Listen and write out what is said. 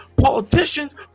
politicians